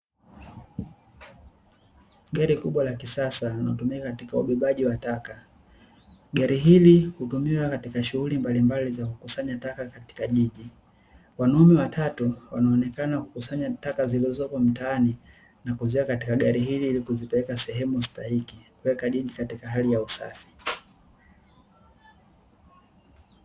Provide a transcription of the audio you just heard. Gari kubwa la kisasa linalotumika katika ubebaji wa taka. Gari hili hutumika katika shughuli mbalimbali za kukusanya taka katika jiji. Wanaume watatu wanaonekana kukusanya taka zilizoko mtaani na kuziweka katika gari hili ili kuzipeleka sehemu stahiki kuweka jiji katika hali ya usafi.